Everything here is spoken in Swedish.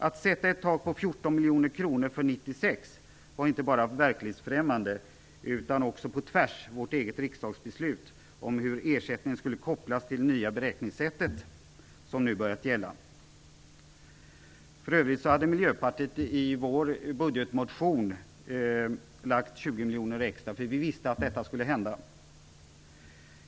Att sätta ett tak på 14 miljoner kronor för 1996 var inte bara verklighetsfrämmande utan det var också på tvärs mot vårt eget riksdagsbeslut om hur ersättningen skulle kopplas till det nya beräkningssättet som nu hade börjat gälla. För övrigt hade Miljöpartiet i sin budgetmotion föreslagit 20 miljoner kronor extra, eftersom vi visste att detta skulle hända.